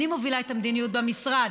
אני מובילה את המדיניות במשרד,